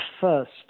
first